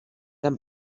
amb